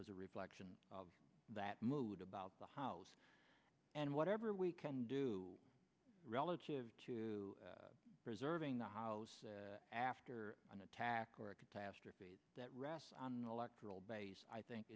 was a reflection of that mood about the house and whatever we can do relative to preserving the house after an attack or a catastrophe that rests on the electoral base i think